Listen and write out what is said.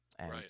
right